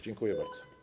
Dziękuję bardzo.